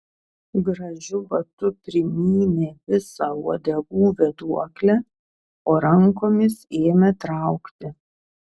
gražiu batu primynė visą uodegų vėduoklę o rankomis ėmė traukti